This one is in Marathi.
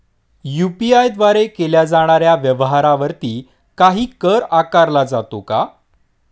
यु.पी.आय द्वारे केल्या जाणाऱ्या व्यवहारावरती काही कर आकारला जातो का?